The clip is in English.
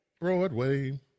Broadway